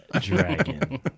dragon